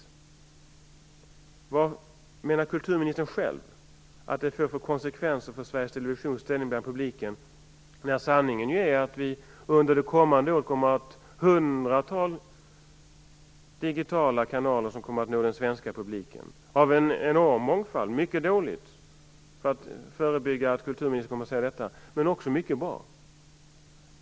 Vad menar kulturministern själv att det får för konsekvenser för Sveriges Televisions ställning hos publiken? Sanningen är ju att hundratalet digitala kanaler kommer att nå den svenska publiken under det kommande året. Det kommer att vara en enorm mångfald. Mycket kommer att vara dåligt - för att förebygga att kulturministern säger det - men mycket kommer också att vara bra.